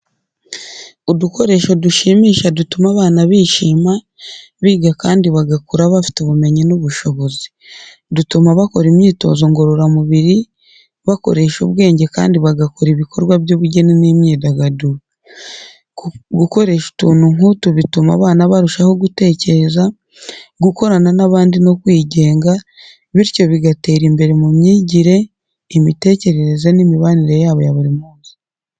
Udukoresho dushimisha dutuma abana bishima, biga kandi bagakura bafite ubumenyi n’ubushobozi. Dutuma bakora imyitozo ngororamubiri, bakoresha ubwenge kandi bagakora ibikorwa by’ubugeni n’imyidagaduro. Gukoresha utuntu nk’utu bituma abana barushaho gutekereza, gukorana n’abandi no kwigenga, bityo bigatera imbere mu myigire, imitekerereze n’imibanire yabo ya buri munsi.